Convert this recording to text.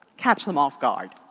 catch them off guard.